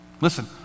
listen